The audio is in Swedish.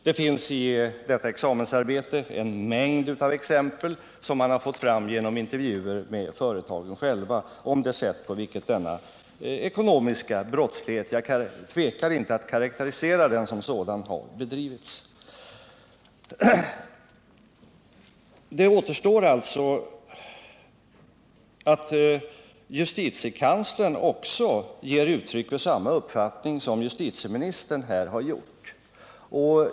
Det finns i detta examensarbete en mängd av exempel, som man har fått fram genom intervjuer med företagen själva, på det sätt på vilket denna ekonomiska brottslighet — jag tvekar inte att karakterisera den som sådan — har bedrivits. Vad som återstår är att även justitiekanslern accepterar den uppfattning som justitieministern här har givit uttryck för.